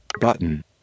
Button